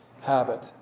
habit